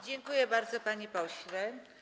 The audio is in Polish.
Dziękuję bardzo, panie pośle.